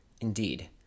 Indeed